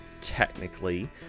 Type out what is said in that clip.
Technically